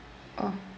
oh